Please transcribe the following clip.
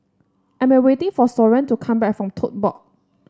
I'm awaiting for Soren to come back from Tote Board